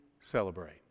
celebrate